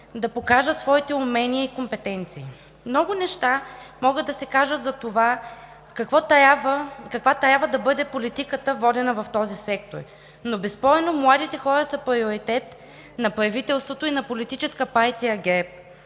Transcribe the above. да покажат своите умения и компетенции. Много неща могат да се кажат за това каква трябва да бъде политиката, водена в този сектор. Безспорно, младите хора са приоритет на правителството и на Политическа партия ГЕРБ.